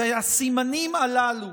הסימנים הללו